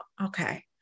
Okay